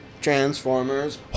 Transformers